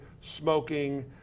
smoking